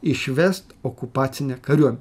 išvest okupacinę kariuom